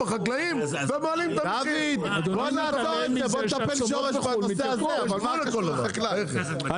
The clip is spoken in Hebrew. בוא נטפל שורש בנושא הזה, אבל מה זה קשור לחקלאי?